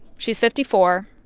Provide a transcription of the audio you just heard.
she's fifty four.